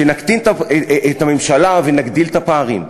שנקטין את הממשלה ונגדיל את הפערים.